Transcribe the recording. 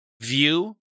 view